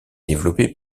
développé